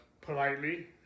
politely